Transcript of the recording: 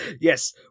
Yes